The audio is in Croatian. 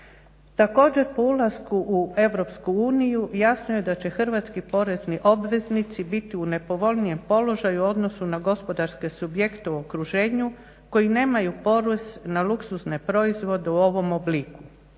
Također po ulasku u Europsku uniju, jasno je da će hrvatski porezni obveznici biti u nepovoljnijem položaju u odnosu na gospodarske subjekte u okruženju koji nemaju porez na luksuzne proizvode u ovom obliku.